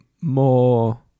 more